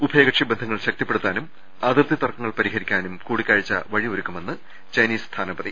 ഉഭയകക്ഷി ബന്ധങ്ങൾ ശക്തിപ്പെടു ത്താനും അതിർത്തി തർക്കങ്ങൾ പ്പരിഹരിക്കാനും കൂടിക്കാഴ്ച്ച വഴിയൊരുക്കുമെന്ന് ചൈനീസ് സ്ഥാനപതി